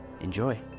Enjoy